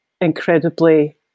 incredibly